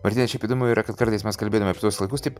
martynai šiaip įdomu yra kad kartais mes kalbėdami apie tuos laikus taip